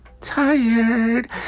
tired